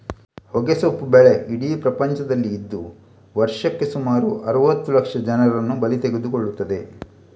ಹೊಗೆಸೊಪ್ಪು ಬೆಳೆ ಇಡೀ ಪ್ರಪಂಚದಲ್ಲಿ ಇದ್ದು ವರ್ಷಕ್ಕೆ ಸುಮಾರು ಅರುವತ್ತು ಲಕ್ಷ ಜನರನ್ನ ಬಲಿ ತಗೊಳ್ತದೆ